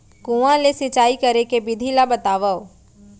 कुआं ले सिंचाई करे के विधि ला बतावव?